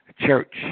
Church